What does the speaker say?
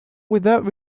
without